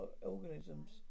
organisms